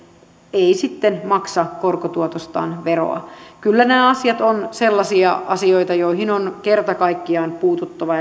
ei sitten maksa korkotuotostaan veroa kyllä nämä asiat ovat sellaisia asioita joihin on kerta kaikkiaan puututtava ja